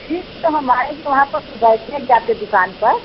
ठीक है तो हम आएँगे वहाँ पर तो बैठेंगे आपके दुकान पर